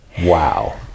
Wow